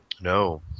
No